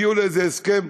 הגיעו לאיזה הסכם,